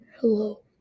Hello